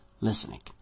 Listening